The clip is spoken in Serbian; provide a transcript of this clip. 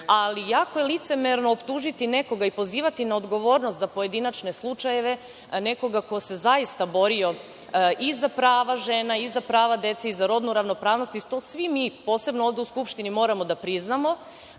ali jako je licemerno optužiti nekoga i pozivati na odgovornost za pojedinačne slučajeve nekoga ko se zaista borio i za prava žena, i za prava dece, i za rodnu ravnopravnost i to svi mi, posebno ovde u Skupštini, moramo da priznamo,